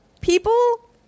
people